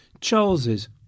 Charles's